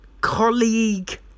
Colleague